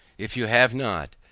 if you have not,